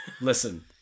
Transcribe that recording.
listen